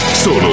Solo